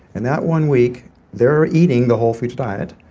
in that one week they're eating the whole foods diet.